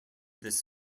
this